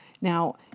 Now